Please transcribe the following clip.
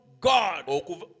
God